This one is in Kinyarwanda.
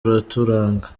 uraturanga